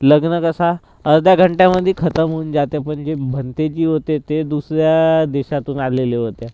लग्न कसा अर्ध्या घंट्यामधी खतम होऊन जाते पण जे भंतेजी होते ते दुसऱ्या देशातून आलेले होते